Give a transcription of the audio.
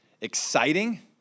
exciting